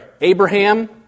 Abraham